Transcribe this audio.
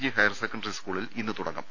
G higher secondary സ്കൂളിൽ ഇന്ന് തുടങ്ങും